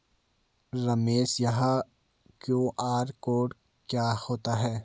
रमेश यह QR code क्या होता है?